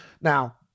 Now